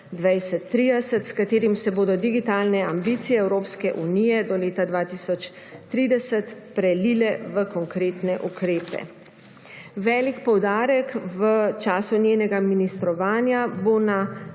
2030, s katerim se bodo digitalne ambicije Evropske unije do leta 2030 prelile v konkretne ukrepe. Velik poudarek v času njenega ministrovanja bo na